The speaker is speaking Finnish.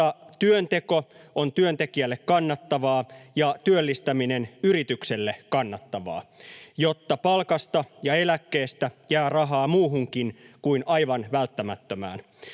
jotta työnteko on työntekijälle kannattavaa ja työllistäminen on yritykselle kannattavaa; jotta palkasta ja eläkkeestä jää rahaa muuhunkin kuin aivan välttämättömään;